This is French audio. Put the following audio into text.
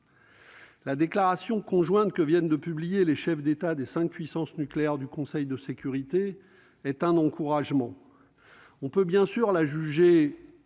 la déclaration conjointe que viennent de publier les chefs d'État des cinq puissances nucléaires du Conseil de sécurité des Nations unies est un encouragement. On peut bien sûr la juger